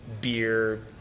beer